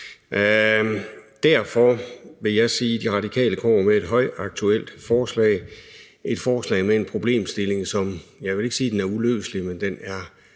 Derfor vil jeg sige, at De Radikale kommer med et højaktuelt forslag – et forslag med en problemstilling, som jeg ikke vil sige er uløselig, men den er